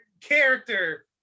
character